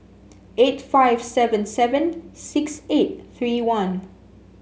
eight five seven seven six eight three one